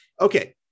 Okay